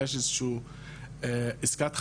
אם יש איזושהי עסקת חבילה,